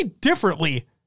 differently